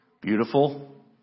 Beautiful